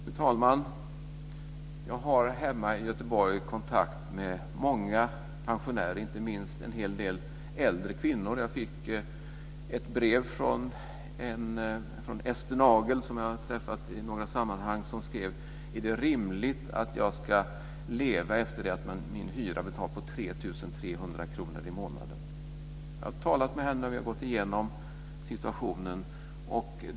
Fru talman! Jag har hemma i Göteborg kontakt med många pensionärer, inte minst en hel del äldre kvinnor. Jag fick ett brev från Ester Nagel, och jag har träffat henne i olika sammanhang. Hon skrev: Är det rimligt att jag efter det att min hyra är betald ska leva på 3 300 kr i månaden? Jag har talat med henne och vi har gått igenom situationen.